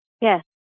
Yes